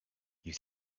you